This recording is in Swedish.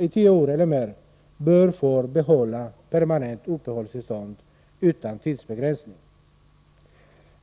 tio år eller mer bör få behålla permanent uppehållstillstånd utan tidsbegränsning.